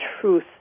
truth